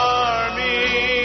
army